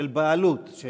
של בעלות,